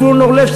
זבולון אורלב,